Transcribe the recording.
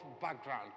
background